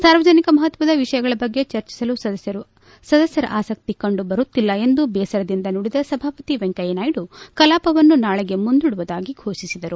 ಸಾರ್ವಜನಿಕ ಮಹತ್ವದ ವಿಷಯಗಳ ಬಗ್ಗೆ ಚರ್ಚಿಸಲು ಸದಸ್ನರು ಆಸಕ್ತಿ ಕಂಡು ಬರುತ್ತಿಲ್ಲ ಎಂದು ಬೇಸರದಿಂದ ನುಡಿದ ಸಭಾಪತಿ ವೆಂಕಯ್ಯ ನಾಯ್ಡ ಕಲಾಪವನ್ನು ನಾಳೆಗೆ ಮುಂದೂಡುವುದಾಗಿ ಘೋಷಿಸಿದರು